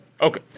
okay